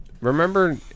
Remember